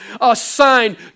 assigned